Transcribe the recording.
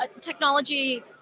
technology